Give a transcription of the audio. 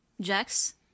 Jax